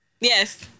Yes